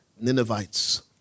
Ninevites